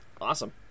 Awesome